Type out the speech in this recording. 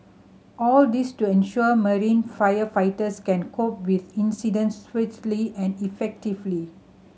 all this to ensure marine firefighters can cope with incidents swiftly and effectively